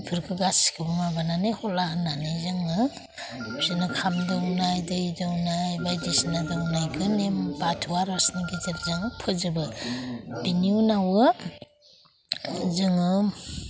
बेफोरखौ गासिखौबो माबानानै हला होन्नानै जोङो बिसोरनो ओंखाम दौनाय दै दौनाय बे बायदिसिना दौनायखौ नेम बाथौ आर'जनि गेजेरजों फोजोबो बेनि उनाव जोङो